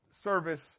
service